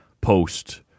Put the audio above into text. post